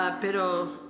Pero